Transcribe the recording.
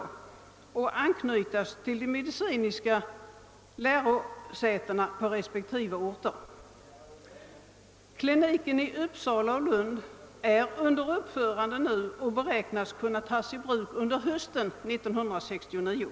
De skall anknytas till de medicinska lärosätena på respektive orter. Klinikerna i Uppsala och Lund är nu under uppförande och beräknas kunna tas i bruk hösten 1969.